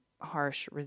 harsh